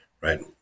right